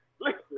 listen